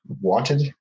wanted